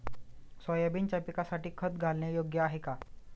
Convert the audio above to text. सोयाबीनच्या पिकासाठी खत घालणे योग्य आहे का?